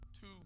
two